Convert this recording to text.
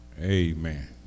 Amen